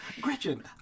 Gretchen